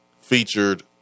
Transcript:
featured